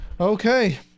Okay